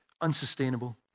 unsustainable